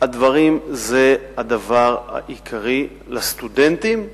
הדברים שהם העיקריים לסטודנטים ולמדינה.